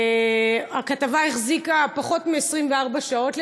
הכתבה החזיקה פחות מ-24 שעות,